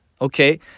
Okay